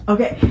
Okay